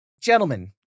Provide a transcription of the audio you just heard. gentlemen